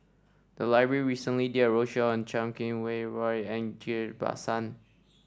the library recently did a roadshow on Chan Kum Wah Roy and Ghillie Basan